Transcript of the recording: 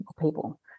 people